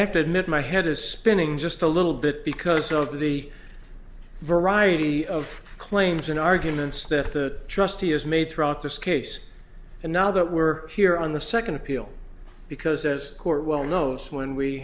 have to admit my head is spinning just a little bit because of the variety of claims and arguments that the trustee has made throughout this case and now that we're here on the second appeal because as court well knows when we